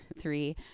three